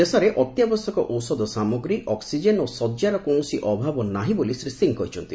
ଦେଶରେ ଅତ୍ୟାବଶ୍ୟକ ଔଷଧ ସାମଗ୍ରୀ ଅକ୍ରିଜେନ ଓ ଶଯ୍ୟାର କୌଣସି ଅଭାବ ନାହିଁ ବୋଲି ଶ୍ରୀ ସିଂ କହିଛନ୍ତି